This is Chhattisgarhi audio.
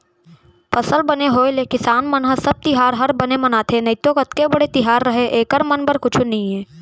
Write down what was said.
फसल बने होय ले किसान मन ह सब तिहार हर बने मनाथे नइतो कतको बड़े तिहार रहय एकर मन बर कुछु नइये